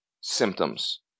symptoms